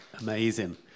Amazing